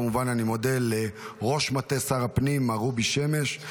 כמובן אני מודה לראש מטה שר הפנים מר רובי שמש,